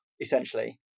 essentially